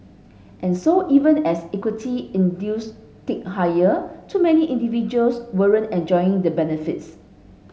and so even as equity induce tick higher too many individuals weren't enjoying the benefits